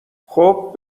خوب